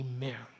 Amen